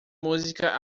música